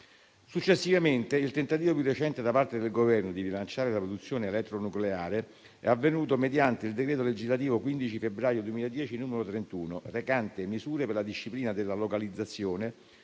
Successivamente, il tentativo più recente da parte del Governo di rilanciare la produzione elettronucleare è avvenuto mediante il decreto legislativo 15 febbraio 2010, n. 31, recante misure per la disciplina della localizzazione,